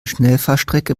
schnellfahrstrecke